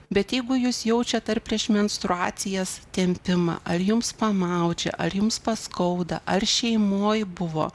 bet jeigu jūs jaučiat ar prieš menstruacijas tempimą ar jums pamaudžia ar jums paskauda ar šeimoj buvo